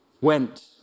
went